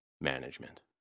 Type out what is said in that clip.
Management